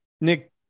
Nick